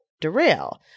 derail